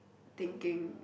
thinking